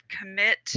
commit